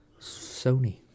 Sony